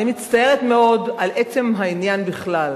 אני מצטערת מאוד על עצם העניין בכלל,